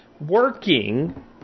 working